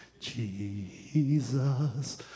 jesus